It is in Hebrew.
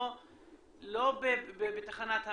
לא בתחנת המשטרה,